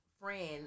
friend